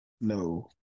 No